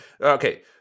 okay